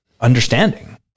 understanding